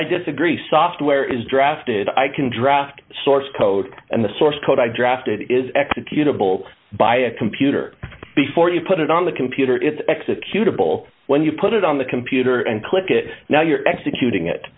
i disagree software is drafted i can draft source code and the source code i drafted is executable by a computer before you put it on the computer it's executable when you put it on the computer and click it now you're executing it